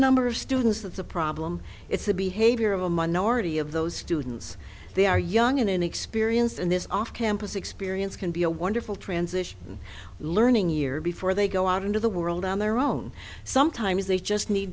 number of students that's a problem it's a behavior of a minority of those students they are young in any speer ins and this off campus experience can be a wonderful transition learning year before they go out into the world on their own sometimes they just need